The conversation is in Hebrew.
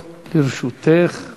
אפשר שאתן צודקות.